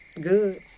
Good